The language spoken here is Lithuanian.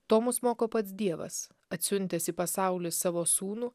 to mus moko pats dievas atsiuntęs į pasaulį savo sūnų